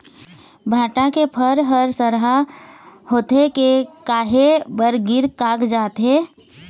भांटा के फर हर सरहा होथे के काहे बर गिर कागजात हे?